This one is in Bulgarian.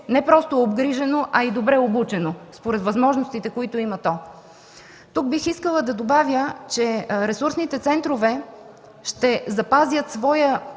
не просто обгрижено, а и добре обучено според възможностите, които има. Тук бих искала да добавя, че ресурсните центрове ще запазят своя